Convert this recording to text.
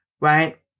right